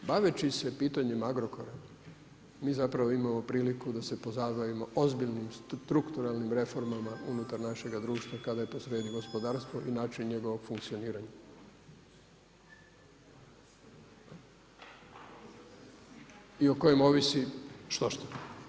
Baveći se pitanjem Agrokora mi zapravo imamo priliku da se pozabavimo ozbiljnim strukturalnim reformama unutar našeg društva kada je posrijedi gospodarstvo i način njegovog funkcioniranja i o kojem ovisi štošta.